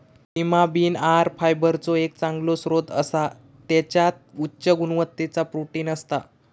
Lima bean आहार फायबरचो एक चांगलो स्त्रोत असा त्याच्यात उच्च गुणवत्तेचा प्रोटीन असता